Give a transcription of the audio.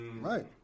Right